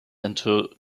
into